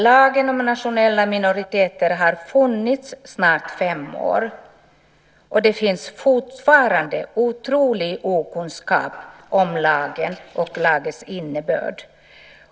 Lagen om nationella minoriteter har funnits i snart fem år, och det finns fortfarande en otrolig okunskap om lagen och lagens innebörd.